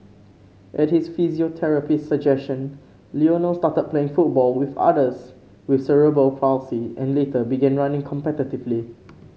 at his physiotherapist's suggestion Lionel started playing football with others with cerebral palsy and later began running competitively